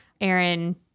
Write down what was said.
aaron